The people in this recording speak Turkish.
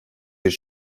bir